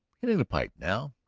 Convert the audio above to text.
hitting the pipe now.